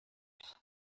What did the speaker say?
نیست